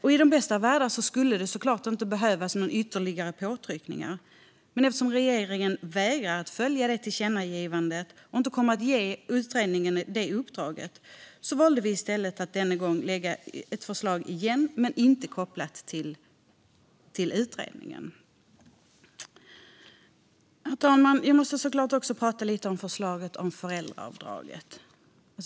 I den bästa av världar skulle det inte behövas några ytterligare påtryckningar, men eftersom regeringen vägrar att följa tillkännagivandet och inte kommer att ge utredningen detta uppdrag valde vi att nu lägga fram förslaget igen, men denna gång utan att det är kopplat till utredningen. Herr talman! Jag måste också prata lite om förslaget om föräldraavdrag.